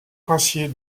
princier